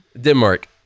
Denmark